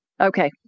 Okay